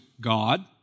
God